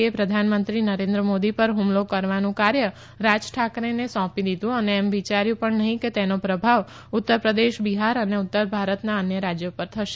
એ પ્રધાનમંત્રી નરેન્દ્ર મોદી પર હુમલો કરવાનું કાર્ય રાજ ઠાકરેને સોંપી દીધું અને એમ વિયાર્યું પણ નહીં કે તેનો પ્રભાવ ઉત્તર પ્રદેશ બિહાર અને ઉત્તર ભારતના અન્ય રાજ્યો પર થશે